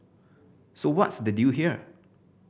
so what's the deal here